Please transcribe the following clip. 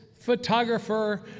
photographer